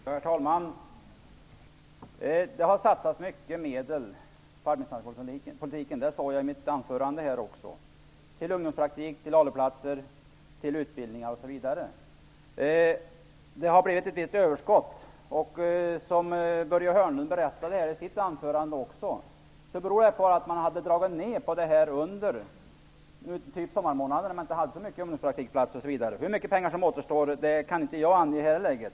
Herr talman! Det har satsats mycket medel på arbetsmarknadspolitiken, som jag sade i mitt huvudanförande. Det har satsats på ungdomspraktik, ALU-platser, utbildning osv. Det har uppstått ett visst överskott hos AMS. Precis som Börje Hörnlund sade i sitt anförande beror detta överskott på att man under sommarmånaderna hade dragit ned på verksamheten. Det fanns inte ungdomspraktikplatser osv. i samma utsträckning då. Hur mycket pengar som återstår kan jag i det här läget ej ange.